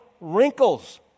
wrinkles